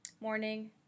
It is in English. morning